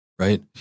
Right